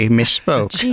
misspoke